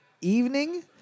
evening